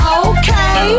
okay